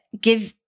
give